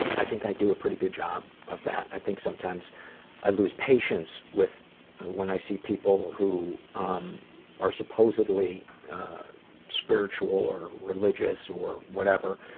i think i do a pretty good job of that. i think sometimes i lose patients when ah when i see people who um are supposedly spiritual or religious or whatever